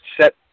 set